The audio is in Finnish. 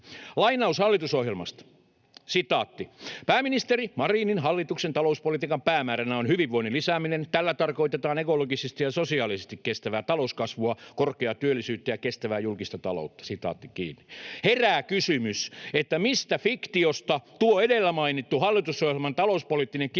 Lainaus hallitusohjelmasta: ”Pääministeri Marinin hallituksen talouspolitiikan päämääränä on hyvinvoinnin lisääminen. Tällä tarkoitetaan ekologisesti ja sosiaalisesti kestävää talouskasvua, korkeaa työllisyyttä ja kestävää julkista taloutta.” Herää kysymys, mistä fiktiosta tuo edellä mainittu hallitusohjelman talouspoliittinen kirjaus